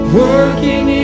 working